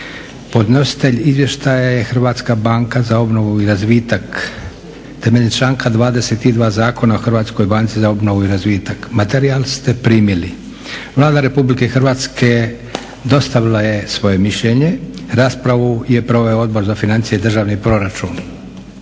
Podnositelj izvještaja je Hrvatska banka za obnovu i razvitak temeljem članka 22. Zakona o Hrvatskoj banci za obnovu i razvitak. Materijal ste primili. Vlada RH dostavila je svoje mišljenje. Raspravu je proveo Odbor za financije i državni proračun.